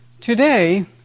Today